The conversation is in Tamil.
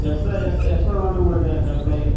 எப்போ எப்போ எப்போ வேணும் உங்ளுக்கு சப்ளை